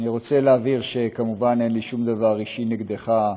אני רוצה להבהיר שכמובן אין לי שום דבר אישי נגדך,